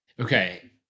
Okay